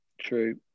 true